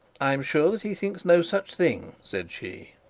i am sure he thinks no such thing said she.